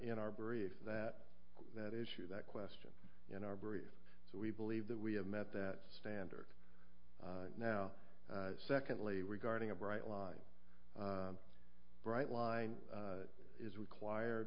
in our brief that that issue that question in our brief so we believe that we have met that standard now secondly regarding a bright line bright line is required